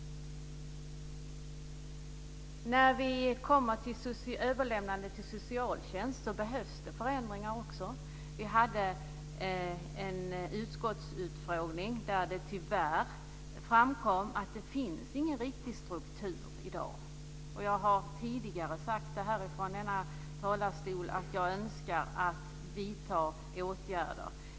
När vi kommer till överlämnande till socialtjänst behövs det också förändringar. Vi hade en utskottsutfrågning där det tyvärr framkom att det i dag inte finns någon riktig struktur. Jag har tidigare sagt från denna talarstol att jag önskar att vi vidtar åtgärder.